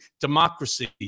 democracy